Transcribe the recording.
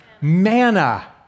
Manna